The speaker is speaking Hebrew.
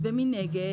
הנה,